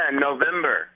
November